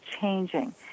changing